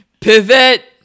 pivot